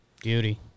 Beauty